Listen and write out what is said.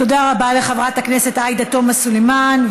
תודה רבה לחברת הכנסת עאידה תומא סלימאן.